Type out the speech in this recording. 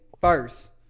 first